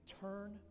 turn